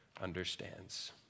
understands